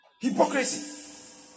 Hypocrisy